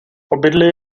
obydlí